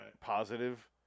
positive